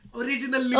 original